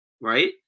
Right